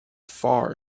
far